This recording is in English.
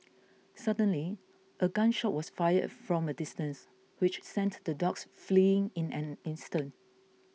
suddenly a gun shot was fired from a distance which sent the dogs fleeing in an instant